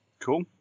Cool